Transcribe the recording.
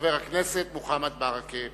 חבר הכנסת מוחמד ברכה.